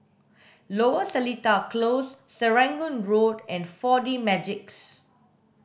Lower Seletar Close Serangoon Road and four D Magix